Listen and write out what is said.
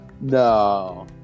No